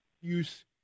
use